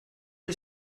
you